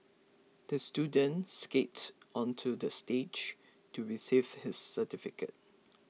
the student skated onto the stage to receive his certificate